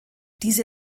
diese